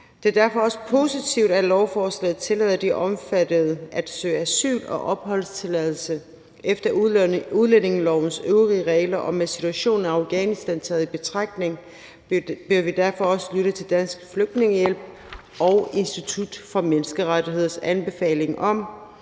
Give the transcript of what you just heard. Det er derfor også positivt, at lovforslaget tillader de omfattede at søge asyl og opholdstilladelse efter udlændingelovens øvrige regler, og med situationen i Afghanistan taget i betragtning vil vi derfor også lytte til Dansk Flygtningehjælp og Institut for Menneskerettigheders anbefaling om,